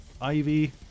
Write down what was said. Ivy